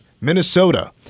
Minnesota